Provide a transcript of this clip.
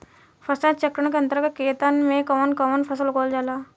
फसल चक्रण के अंतर्गत खेतन में कवन कवन फसल उगावल जाला?